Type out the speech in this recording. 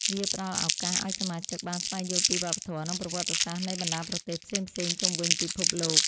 វាផ្ដល់ឱកាសឱ្យសមាជិកបានស្វែងយល់ពីវប្បធម៌ និងប្រវត្តិសាស្ត្រនៃបណ្ដាប្រទេសផ្សេងៗជុំវិញពិភពលោក។